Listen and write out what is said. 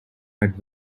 had